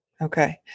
Okay